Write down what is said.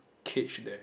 cage there